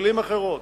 במלים אחרות,